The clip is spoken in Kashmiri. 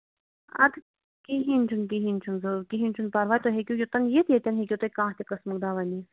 اَدٕ کِہیٖنٛۍ چھُںہٕ کِہیٖنٛۍ چھُنہٕ ضروٗرت کِہیٖنٛۍ چھُنہٕ پَرواے تُہۍ ہیٚکِو یوٚتن یِتھ ییٚتیٚن ہیٚکِو تُہۍ کانٛہہ تہِ قٕسمُک دواہ نِتھ